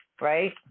right